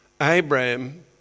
Abraham